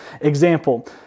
example